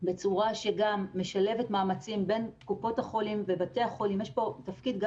בצורה שגם משלבת מאמצים בין קופות החולים לבתי החולים.